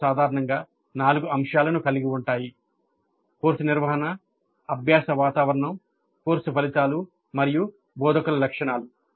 ప్రశ్నలు సాధారణంగా నాలుగు అంశాలను కలిగి ఉంటాయి కోర్సు నిర్వహణ అభ్యాస వాతావరణం కోర్సు ఫలితాలు మరియు బోధకుల లక్షణాలు